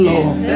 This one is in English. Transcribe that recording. Lord